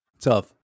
Tough